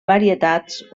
varietats